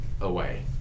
Away